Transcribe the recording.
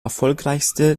erfolgreichste